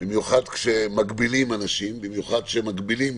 במיוחד כשמגבילים אנשים, במיוחד שמגבילים